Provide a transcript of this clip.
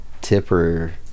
Tipper